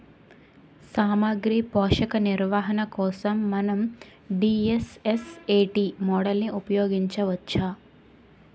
సామాగ్రి పోషక నిర్వహణ కోసం మనం డి.ఎస్.ఎస్.ఎ.టీ మోడల్ని ఉపయోగించవచ్చా?